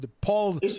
Paul